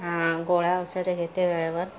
हां गोळ्या औषध घेते वेळेवर